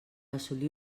assolir